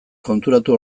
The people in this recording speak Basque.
konturatu